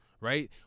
right